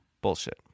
Bullshit